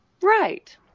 Right